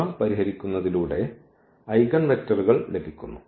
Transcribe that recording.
ഇവ പരിഹരിക്കുന്നതിലൂടെ ഐഗൺവെക്റ്റർകൾ ലഭിക്കുന്നു